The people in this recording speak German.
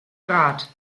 rat